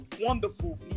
wonderful